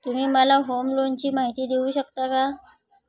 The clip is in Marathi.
तुम्ही मला होम लोनची माहिती देऊ शकता का?